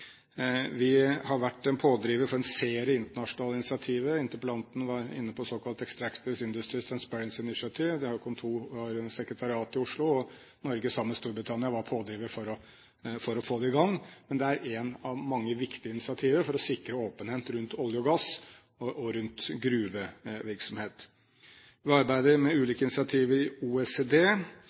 Vi har vært en pådriver for en serie internasjonale initiativer. Interpellanten var inne på såkalte Extractive Industries Transparency Initiative. De har sekretariat i Oslo, og Norge sammen med Storbritannia var pådrivere for å få det i gang. Det er et av mange viktige initiativer for å sikre åpenhet rundt olje og gass og rundt gruvevirksomhet. Vi arbeider med ulike initiativer i OECD.